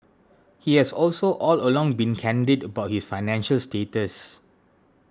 he has also all along been candid about his financial status